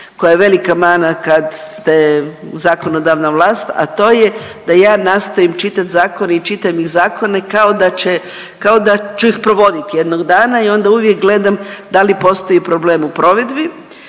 koja je velika mana kad ste zakonodavna vlast, a to je da ja nastojim čitati zakone i čitam zakone kao da će, kao da ću ih provoditi jednog dana i onda uvijek gledam da li postoji problem u provedbi.